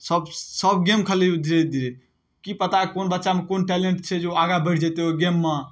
सब सब गेम खेलैयौ धीरे धीरे की पता कोन बच्चामे कोन टैलेंट छै जे ओ आगाँ बढि जेतै ओइ गेममे